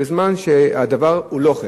בזמן שלא כן הוא הדבר.